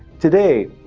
today,